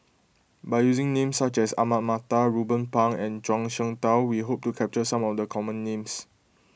by using names such as Ahmad Mattar Ruben Pang and Zhuang Shengtao we hope to capture some of the common names